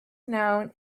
known